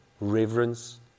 reverence